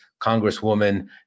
Congresswoman